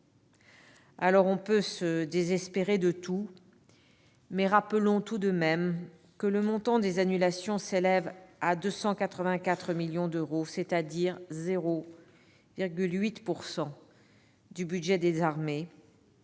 On peut se désespérer de tout, mais rappelons quand même que le montant des annulations s'élève à 284 millions d'euros, c'est-à-dire 0,8 % du budget des armées,